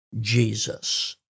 Jesus